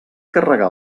carregar